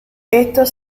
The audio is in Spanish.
estos